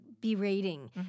berating